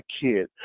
kid